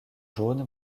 jaune